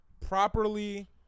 properly